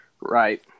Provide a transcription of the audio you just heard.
right